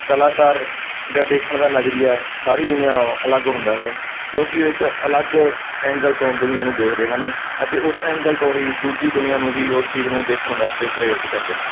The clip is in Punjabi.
ਕਲਾਕਾਰ ਦਾ ਦੇਖਣ ਦਾ ਨਜ਼ਰੀਆ ਸਾਰੀ ਦੁਨੀਆਂ ਨਾਲੋਂ ਅਲੱਗ ਹੁੰਦਾ ਹੈ ਕਿਉਂਕਿ ਉਹ ਇੱਕ ਅਲੱਗ ਐਂਗਲ ਤੋਂ ਦੁਨੀਆਂ ਨੂੰ ਦੇਖਦੇ ਹਨ ਅਤੇ ਉਸ ਐਂਗਲ ਤੋਂ ਹੀ ਦੂਜੀ ਦੁਨੀਆਂ ਨੂੰ ਵੀ ਉਸ ਚੀਜ਼ ਨੂੰ ਦੇਖਣ ਵਾਸਤੇ ਪ੍ਰੇਰਿਤ ਕਰਦੇ ਹਨ